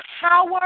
power